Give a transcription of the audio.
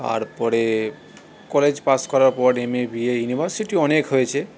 তারপরে college pass করার পর M A B A university অনেক হয়েছে